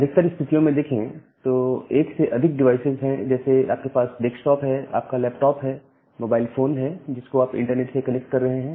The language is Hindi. अधिकतर स्थितियों में देखें तो एक से अधिक डिवाइसेज है जैसे आपके पास डेक्सटॉप है आपका लैपटॉप है मोबाइल फोन है जिनको आप इंटरनेट से कनेक्ट कर रहे हैं